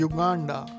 Uganda